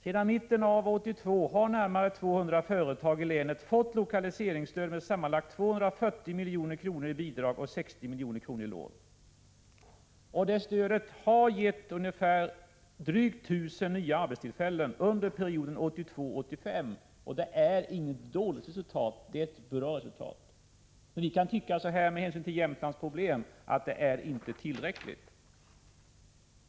Sedan mitten av 1982 har närmare 200 företag i länet fått lokaliseringsstöd med sammanlagt 240 miljoner i bidrag och 260 miljoner i lån. Det stödet har gett ungefär drygt 1000 nya arbetstillfällen under perioden 1982-1985. Det är inget dåligt resultat, det är ett bra resultat. Vi kan tycka med hänsyn till Jämtlands problem att det inte är tillräckligt.